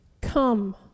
come